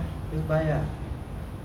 just buy ah